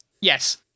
Yes